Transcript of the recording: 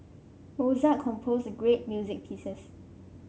Mozart composed great music pieces